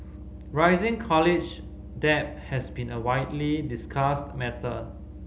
rising college debt has been a widely discussed matter